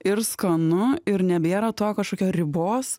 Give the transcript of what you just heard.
ir skanu ir nebėra to kažkokio ribos